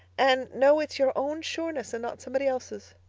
and know it's your own sureness and not somebody else's.